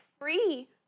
free